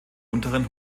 unteren